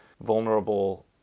vulnerable